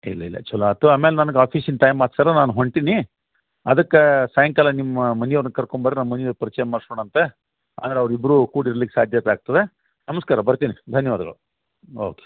ಇಲ್ಲ ಇಲ್ಲ ಚೊಲೋ ಆಯ್ತು ಆಮೇಲೆ ನನಗೆ ಆಫೀಸಿನ ಟೈಮ್ ಆತು ಸರ್ರ ನಾನು ಹೊರ್ಟೀನಿ ಅದಕ್ಕೆ ಸಾಯಂಕಾಲ ನಿಮ್ಮ ಮನೆಯವ್ರ್ನ ಕರ್ಕೊಂಬರ್ರಿ ನಮ್ಮ ಮನೆಯವ್ರ ಪರಿಚಯ ಮಾಡಿಸೋಣಂತೆ ಆಮೇಲೆ ಅವ್ರು ಇಬ್ಬರೂ ಕೂಡಿ ಇರ್ಲಿಕ್ಕೆ ಸಾಧ್ಯತೆ ಆಗ್ತದೆ ನಮಸ್ಕಾರ ಬರ್ತೀನಿ ಧನ್ಯವಾದಗಳು ಓಕೆ